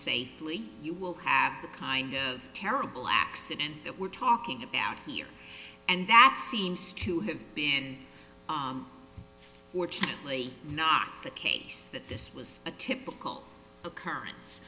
safely you will have the kind of terrible accident that we're talking about here and that seems to have been fortunately not the case that this was a typical occurrence